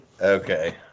Okay